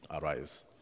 arise